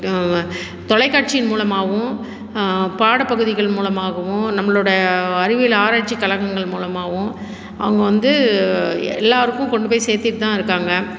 தொலைக்காட்சியின் மூலமாகவும் பாடப்பகுதிகள் மூலமாகவும் நம்மளோட அறிவியல் ஆராய்ச்சி கழகங்கள் மூலமாகவும் அவங்க வந்து எல்லோருக்கும் கொண்டு போய் சேர்த்திட்டு தான் இருக்காங்க